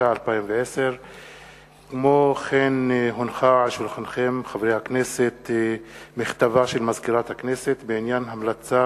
התש"ע 2010. מכתבה של מזכירת הכנסת בעניין המלצת